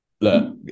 look